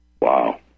Wow